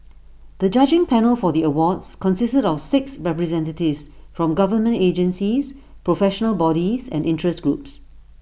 the judging panel for the awards consisted of six representatives from government agencies professional bodies and interest groups